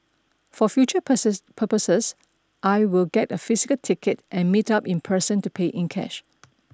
for future purchases I will get a physical ticket and meet up in person to pay in cash